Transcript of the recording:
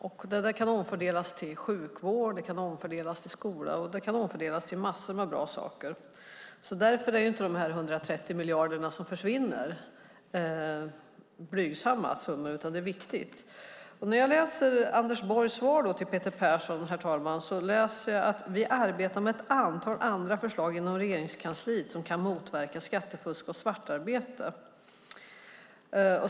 Skattemedlen kan omfördelas till sjukvård, skola och massor med bra saker. Därför är inte dessa 130 miljarder som försvinner blygsamma summor. Det här är viktigt. När jag hörde Anders Borgs svar till Peter Persson, herr talman, framgick det att regeringen arbetar med ett antal andra förslag inom Regeringskansliet som kan motverka skattefusk och svartarbete.